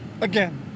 again